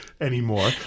anymore